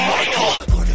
Michael